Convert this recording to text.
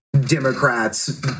Democrats